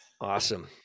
Awesome